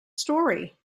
story